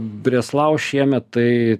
breslau šiemet tai